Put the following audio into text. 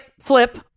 flip